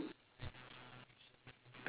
two what what is it called